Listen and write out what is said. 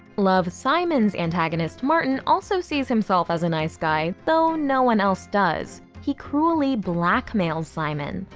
love, simon's antagonist martin also sees himself as a nice guy, though no one else does. he cruelly blackmails simon.